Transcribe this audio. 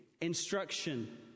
instruction